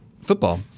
football